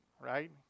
right